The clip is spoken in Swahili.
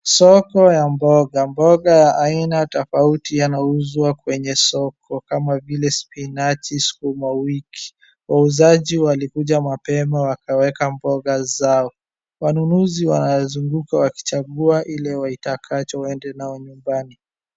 Soko ya mboga. Mboga ya aina tofauti yanauzwa kwenye soko, kama vile spinachi, sukuma wiki. Wauzaji walikuja mapema wakaweka mboga zao. Wanunuzi wanazunguka wakichagua ile waitakacho waede nayo nyumbani.